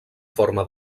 forma